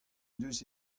deus